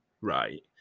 Right